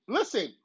Listen